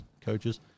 coaches